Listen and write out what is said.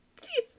Jesus